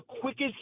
quickest